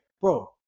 bro